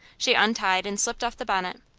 she untied and slipped off the bonnet.